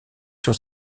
sur